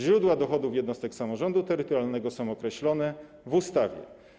Źródła dochodów jednostek samorządu terytorialnego są określone w ustawie.